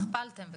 הכפלתם בקיצור.